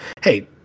Hey